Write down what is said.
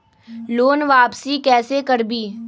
Loan वापसी कैसे करबी?